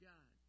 God